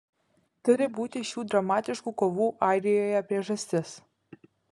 turi būti šių dramatiškų kovų airijoje priežastis